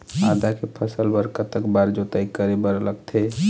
आदा के फसल बर कतक बार जोताई करे बर लगथे?